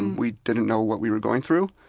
we didn't know what we were going through.